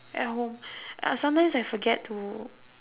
at home uh sometimes I forget to